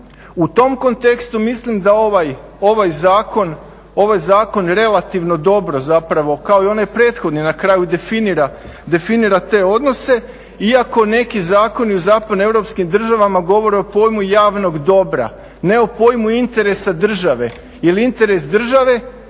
U tom kontekstu mislim da ovaj zakon relativno dobro zapravo kao i onaj prethodni na kraju definira te odnose iako neki zakoni u zapadnoeuropskim državama govore o pojmu javnog dobra, ne o pojmu interesa države jer interes države